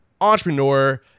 entrepreneur